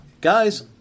Guys